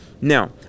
Now